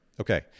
Okay